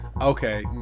okay